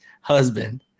husband